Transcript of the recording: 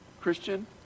Christian